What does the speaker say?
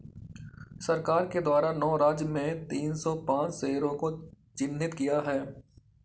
सरकार के द्वारा नौ राज्य में तीन सौ पांच शहरों को चिह्नित किया है